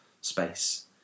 space